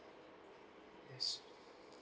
yes